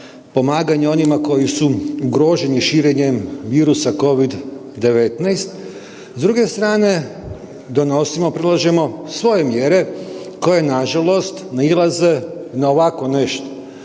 pomaganje onima koji su ugroženi širenjem virusa COVID-19. S druge strane, donosimo, predlažemo svoje mjere koje nažalost nailaze na ovako nešto.